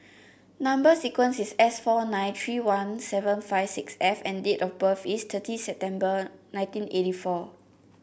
number sequence is S four nine three one seven five six F and date of birth is thirty September nineteen eighty four